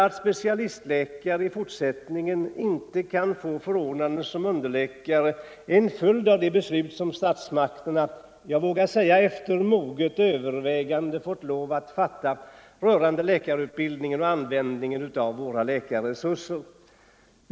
Att specialistkompetenta läkare 7 i fortsättningen inte kan få förordnande som underläkare är en följd av det beslut som statsmakterna, jag vågar säga efter moget övervägande, fått lov att fatta rörande läkarutbildningen och användningen av läkarresurserna.